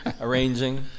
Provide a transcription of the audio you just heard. arranging